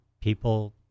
people